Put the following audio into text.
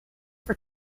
for